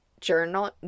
journal